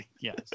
Yes